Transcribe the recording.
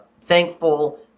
thankful